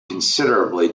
considerably